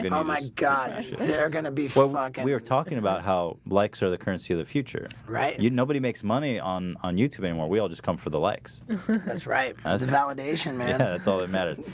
you know my god yeah they're going to be full rockin we were talking about how likes are the currency of the future right you nobody makes money on on youtube anymore? we all just come for the likes that's right as a validation man. that's all that matters.